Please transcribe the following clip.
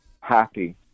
happy